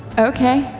okay.